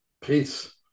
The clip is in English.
Peace